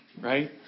right